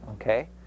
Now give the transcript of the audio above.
Okay